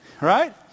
Right